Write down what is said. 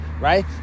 right